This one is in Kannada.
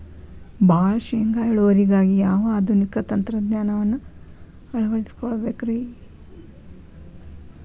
ಭಾಳ ಶೇಂಗಾ ಇಳುವರಿಗಾಗಿ ಯಾವ ಆಧುನಿಕ ತಂತ್ರಜ್ಞಾನವನ್ನ ಅಳವಡಿಸಿಕೊಳ್ಳಬೇಕರೇ?